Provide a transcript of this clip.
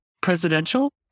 Presidential